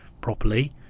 properly